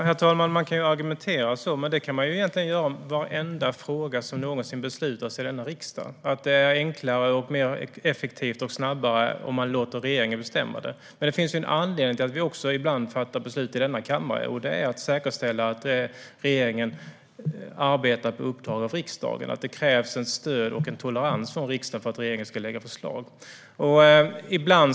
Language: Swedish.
Herr talman! Man kan argumentera på det sättet, men det kan man egentligen göra med varenda fråga som någonsin beslutas i denna riksdag - att det är enklare och mer effektivt och att det går snabbare om man låter regeringen bestämma. Men det finns en anledning till att vi ibland också fattar beslut i denna kammare, och det är att säkerställa att regeringen arbetar på uppdrag av riksdagen och att det krävs ett stöd och en tolerans från riksdagen för att regeringen ska lägga fram förslag.